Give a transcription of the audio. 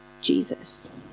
Jesus